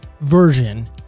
version